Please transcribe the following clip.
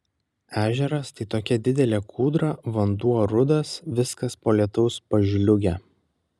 ežeras tai tokia didelė kūdra vanduo rudas viskas po lietaus pažliugę